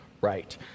right